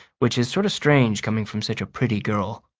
which is sort of strange coming from such a pretty girl.